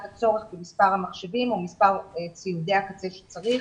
הצורך במספר המחשבים או במספר ציודי הקצה שצריך